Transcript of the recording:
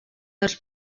els